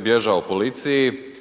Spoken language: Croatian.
bježao policiji,